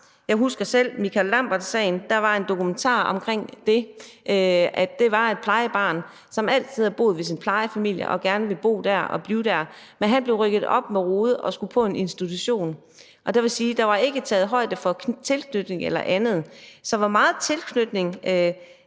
Jeg husker selv Michael Lambert-sagen. Der var en dokumentar om, at han, der var plejebarn, og som altid havde boet hos sin plejefamilie og gerne ville bo der og blive der, blev rykket op med rode og skulle på en institution, og det vil sige, at der ikke var taget højde for tilknytning eller andet. Så hvor meget med tilknytning